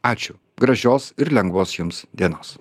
ačiū gražios ir lengvos jums dienos